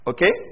Okay